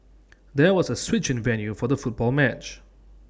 there was A switch in the venue for the football match